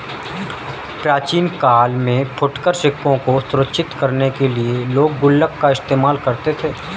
प्राचीन काल में फुटकर सिक्कों को सुरक्षित करने के लिए लोग गुल्लक का इस्तेमाल करते थे